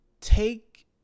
take